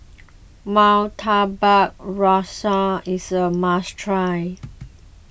Murtabak Rusa is a must try